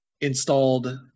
installed